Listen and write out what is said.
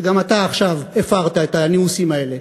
וגם אתה עכשיו הפרת את הנימוסים האלה.